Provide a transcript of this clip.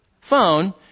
phone